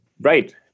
Right